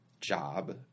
job